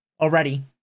already